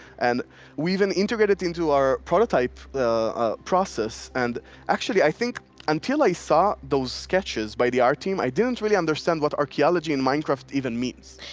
and we even integrate it into our prototype ah process. and actually, i think until i saw those sketches by the art team, i didn't really understand what archaeology in minecraft even means.